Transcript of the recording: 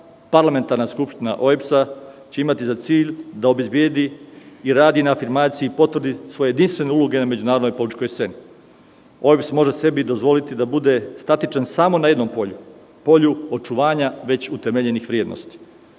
Parlamentarna skupština OEBS će imati za cilj da obezbedi i radi na afirmaciji i potvrdi svoje jedinstvene uloge na međunarodnoj političkoj sceni. OEBS može se dozvoliti da bude statičan samo na jednom polju, polju očuvanja već utemeljenih vrednosti.